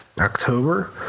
October